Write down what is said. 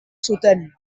zuten